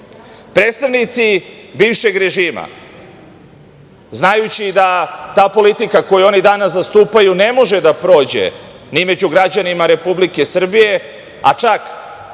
sredine. Predstavnici bivšeg režima, znajući da ta politika koju oni danas zastupaju ne može da prođe ni među građanima Republike Srbije, a čak